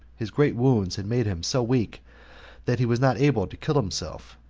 his great wounds had made him so weak that he was not able to kill himself.